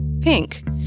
Pink